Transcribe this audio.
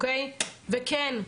וכן,